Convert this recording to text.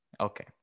Okay